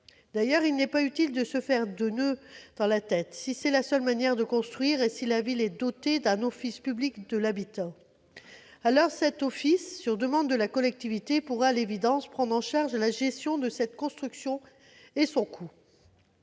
D'ailleurs, il n'est pas utile de se faire des noeuds au cerveau : si c'est là la seule manière de construire, et si la ville est dotée d'un office public de l'habitat, alors cet office, sur demande de la collectivité, pourra à l'évidence prendre en charge la gestion et le coût de cette construction. Lorsqu'il